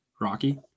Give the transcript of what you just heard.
rocky